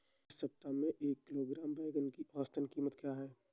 इस सप्ताह में एक किलोग्राम बैंगन की औसत क़ीमत क्या है?